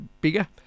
bigger